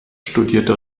studierte